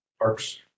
parks